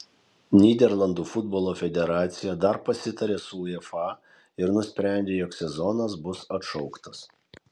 nyderlandų futbolo federacija dar pasitarė su uefa ir nusprendė jog sezonas bus atšauktas